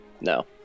no